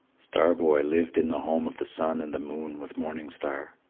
star-boy lived in the home of the sun and the moon with morning star.